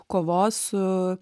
kovos su